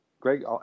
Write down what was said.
Greg